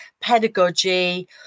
pedagogy